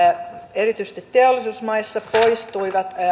erityisesti teollisuusmaissa poistuivat